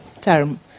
term